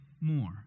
more